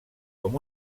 com